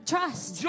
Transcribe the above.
Trust